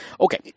Okay